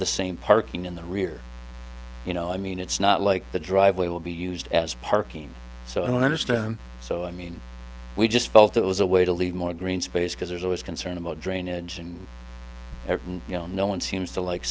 the same parking in the rear you know i mean it's not like the driveway will be used as parking so i don't understand so i mean we just felt it was a way to leave more green space because there's always concern about drainage and you know no one seems to like